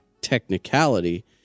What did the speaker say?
technicality